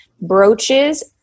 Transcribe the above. brooches